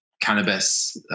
cannabis